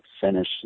finish